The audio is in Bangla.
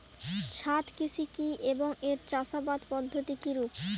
ছাদ কৃষি কী এবং এর চাষাবাদ পদ্ধতি কিরূপ?